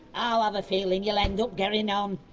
ah ah i've a feeling you'll end up getting you know um